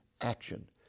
action